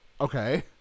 Okay